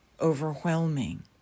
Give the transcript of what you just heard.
overwhelming